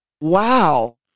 Wow